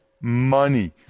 Money